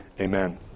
amen